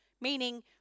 meaning